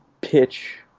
pitch